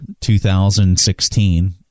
2016